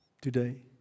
today